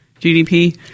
gdp